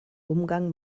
umgang